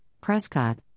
Prescott